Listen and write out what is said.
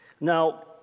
Now